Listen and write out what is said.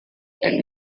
and